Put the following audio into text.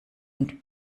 und